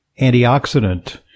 antioxidant